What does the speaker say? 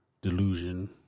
delusion